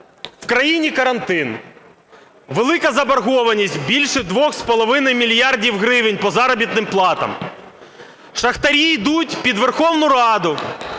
В країні карантин. Велика заборгованість – більше 2,5 мільярдів гривень по заробітних платах. Шахтарі йдуть під Верховну Раду,